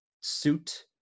suit